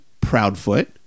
Proudfoot